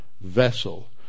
vessel